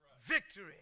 Victory